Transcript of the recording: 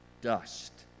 dust